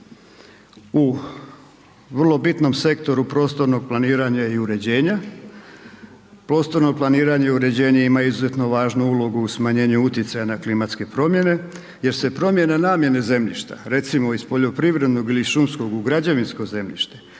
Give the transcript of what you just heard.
U vrlo bitnom sektoru prostornog planiranja i uređenja, prostorno planiranje i uređenje ima izuzetno važnu ulogu u smanjenju utjecaja na klimatske promjene, jer se promjena namjene zemljišta, recimo iz poljoprivrednog ili šumskog u građevinsko zemljište,